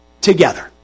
Together